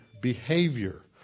behavior